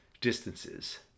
distances